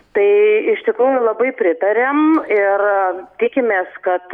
tai iš tikrųjų labai pritariam ir tikimės kad